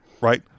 right